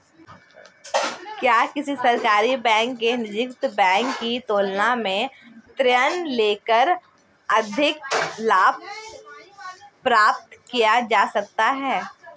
क्या किसी सरकारी बैंक से निजीकृत बैंक की तुलना में ऋण लेकर अधिक लाभ प्राप्त किया जा सकता है?